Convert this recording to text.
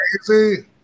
crazy